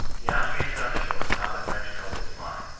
the austrians on the shore saw the french colours flying,